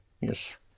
yes